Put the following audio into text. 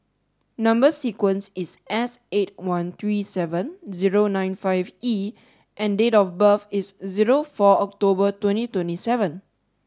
number sequence is S eight one three seven zero nine five E and date of birth is zero four October twenty twenty seven